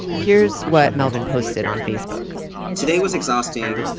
here's what melvin posted on facebook today was exhausting.